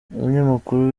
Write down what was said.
umunyamakuru